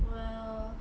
well